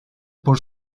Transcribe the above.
por